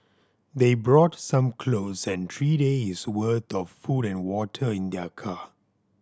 they brought some clothes and three days' worth of food and water in their car